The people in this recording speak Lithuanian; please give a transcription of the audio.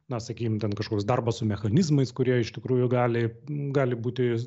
na sakykim ten kažkoks darbas su mechanizmais kurie iš tikrųjų gali gali būti